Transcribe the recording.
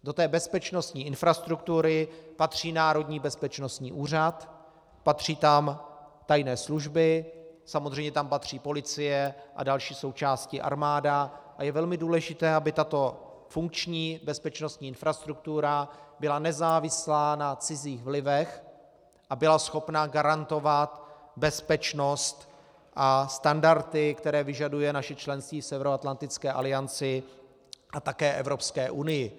Do té bezpečnostní infrastruktury patří Národní bezpečností úřad, patří tam tajné služby, samozřejmě tam patří policie a další součásti, armáda, a je velmi důležité, aby tato funkční bezpečnostní infrastruktura byla nezávislá na cizích vlivech a byla schopna garantovat bezpečnost a standardy, které vyžaduje naše členství v Severoatlantické alianci a také Evropské unii.